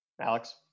Alex